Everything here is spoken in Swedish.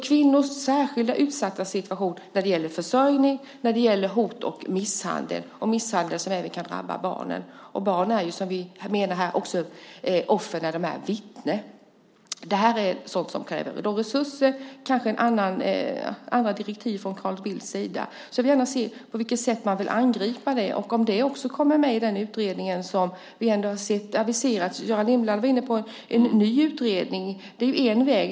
Kvinnor är särskilt utsatta när det gäller försörjning, hot och misshandel, som även kan drabba barnen. Barn är också offer, menar vi, när de är vittnen. Det här är sådant som kräver resurser och kanske ett annat direktiv från Carl Bildts sida. Jag vill gärna se på vilket sätt man vill angripa det och om det också kommer med i den utredning som har aviserats. Göran Lindblad var inne på en ny utredning. Det är en väg.